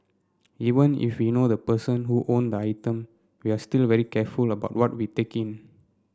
even if we know the person who owned the item we're still very careful about what we take in